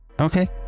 Okay